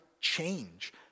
change